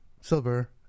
silver